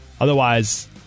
Otherwise